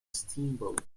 steamboat